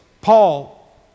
Paul